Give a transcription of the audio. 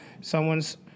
Someone's